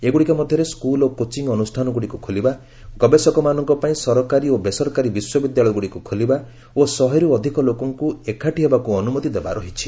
ଏଗ୍ରଡ଼ିକ ମଧ୍ୟରେ ସ୍କଲ୍ ଓ କୋଟିଂ ଅନ୍ଦଷ୍ଠାନ ଗୁଡ଼ିକୁ ଖୋଲିବା ଗବେଷକମାନଙ୍କ ପାଇଁ ସରକାରୀ ଓ ବେସରକାରୀ ବିଶ୍ୱବିଦ୍ୟାଳୟ ଗୁଡ଼ିକୁ ଖୋଲିବା ଓ ଶହେରୁ ଅଧିକ ଲୋକଙ୍କୁ ଏକାଠି ହେବାକୁ ଅନୁମତି ଦେବା ରହିଛି